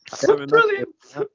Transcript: Brilliant